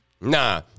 Nah